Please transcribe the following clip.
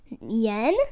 yen